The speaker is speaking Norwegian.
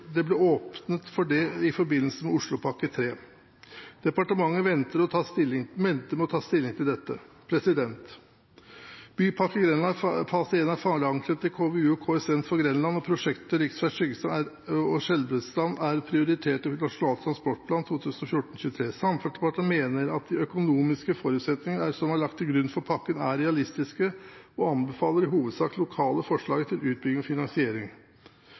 Det ble åpnet for det i forbindelse med Oslopakke 3. Departementet venter med å ta stilling til dette. Bypakke Grenland fase 1 er forankret i KVU/KS1 for Grenland, og prosjektet rv. 36 Skyggestein–Skjelbredstrand er prioritert i Nasjonal transportplan 2014–2023. Samferdselsdepartementet mener de økonomiske forutsetningene som er lagt til grunn for pakken, er realistiske og anbefaler i hovedsak det lokale forslaget til utbygging og finansiering.